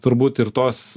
turbūt ir tos